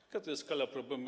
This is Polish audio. Jaka to jest skala problemu?